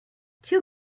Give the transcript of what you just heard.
two